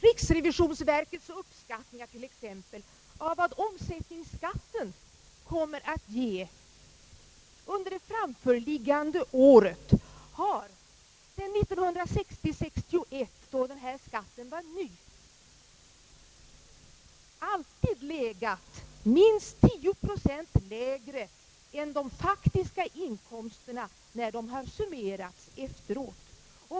Riksrevisionsverkets uppskattningar t.ex. av vad omsättningsskatten kommer att ge under det framförliggande året har sedan 1960/61, då denna skatt var ny, alltid legat minst 10 procent lägre än de faktiska inkomsterna när de har summerats efteråt.